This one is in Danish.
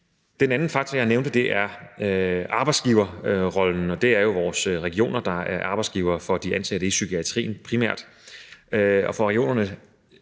Den anden faktor, jeg nævnte, er arbejdsgiverrollen, og det er jo primært vores regioner, der er arbejdsgivere for de ansatte i psykiatrien.